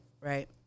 right